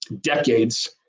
decades